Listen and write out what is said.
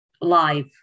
live